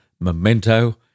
Memento